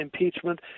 impeachment